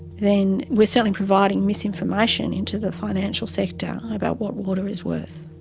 then we're certainly providing misinformation into the financial sector about what water is worth.